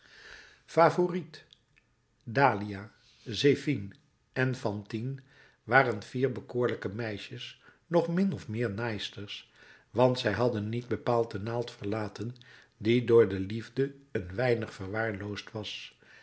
favourite dahlia zephine en fantine waren vier bekoorlijke meisjes nog min of meer naaisters want zij hadden niet bepaald de naald verlaten die door de liefde een weinig verwaarloosd was